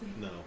No